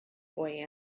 boy